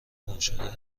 گمشده